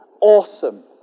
awesome